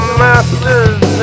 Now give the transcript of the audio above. masters